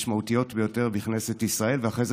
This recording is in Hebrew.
משמעותיות ביותר בכנסת ישראל ואחרי זה